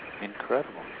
incredible